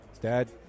Dad